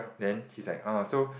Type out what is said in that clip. then he's like ah so